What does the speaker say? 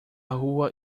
rua